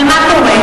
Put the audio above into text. אבל מה קורה?